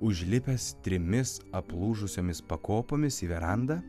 užlipęs trimis aplūžusiomis pakopomis į verandą